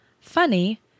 funny